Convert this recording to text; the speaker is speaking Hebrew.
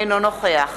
אינו נוכח